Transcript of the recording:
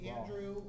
Andrew